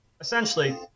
essentially